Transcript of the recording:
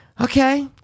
okay